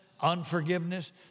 unforgiveness